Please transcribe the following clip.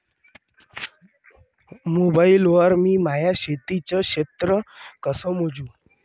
Mobile वर मी माया शेतीचं क्षेत्र कस मोजू?